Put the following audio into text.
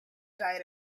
diet